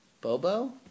Bobo